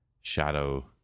shadow